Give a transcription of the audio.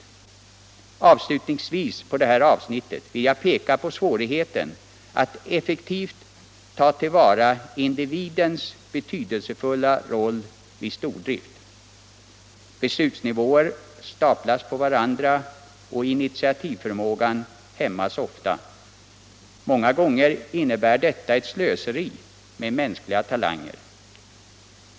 Som avslutning på det här avsnittet vill jag peka på svårigheten att effektivt ta till vara individens betydelsefulla roll vid stordrift. Beslutsnivåer staplas på varandra och initiativförmågan hämmas ofta. Många gånger innebär detta ett slöseri med mänskliga talanger.